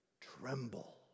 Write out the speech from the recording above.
tremble